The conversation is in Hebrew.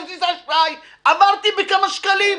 מכרטיס האשראי כי חרגתי בכמה שקלים,